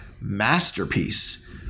masterpiece